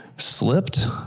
slipped